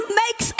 makes